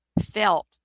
felt